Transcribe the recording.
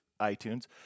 iTunes